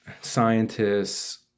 scientists